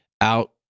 out